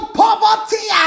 poverty